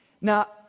Now